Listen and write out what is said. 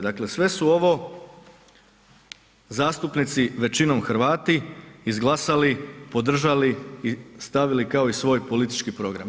Dakle, sve su ovo zastupnici većinom Hrvati izglasali, podržali i stavili kao i svoj politički program.